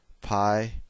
pi